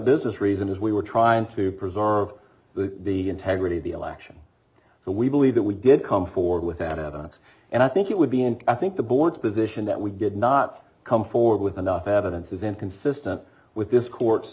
business reason is we were trying to preserve the integrity of the election so we believe that we did come forward with an evidence and i think it would be and i think the board's position that we get not come forward with enough evidence is inconsistent with this cour